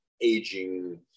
aging